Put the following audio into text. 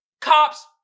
cops